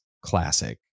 classic